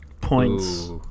points